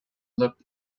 looked